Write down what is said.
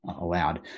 allowed